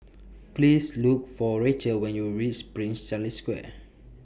Please Look For Rachael when YOU REACH Prince Charles Square